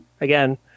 again